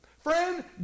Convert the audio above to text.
Friend